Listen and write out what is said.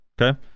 okay